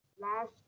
last